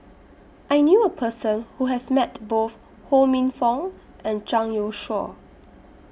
I knew A Person Who has Met Both Ho Minfong and Zhang Youshuo